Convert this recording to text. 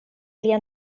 lia